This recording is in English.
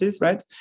right